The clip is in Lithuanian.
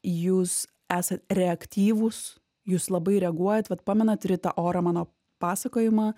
jūs esat reaktyvūs jūs labai reaguojat vat pamenat ritą orą mano pasakojimą